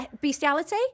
bestiality